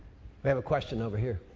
we have a question over here.